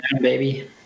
baby